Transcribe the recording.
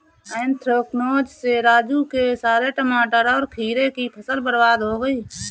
anthracnose से राजू के सारे टमाटर और खीरे की फसल बर्बाद हो गई